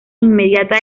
inmediata